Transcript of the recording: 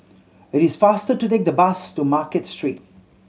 it is faster to take the bus to Market Street